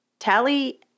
Tally